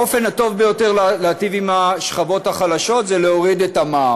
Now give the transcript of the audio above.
האופן הטוב ביותר להיטיב עם השכבות החלשות זה להוריד את המע"מ.